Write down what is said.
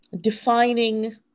defining